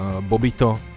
Bobito